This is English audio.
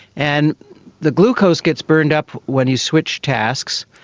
and the glucose gets burned up when you switch tasks,